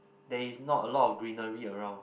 there is not a lot of greenery around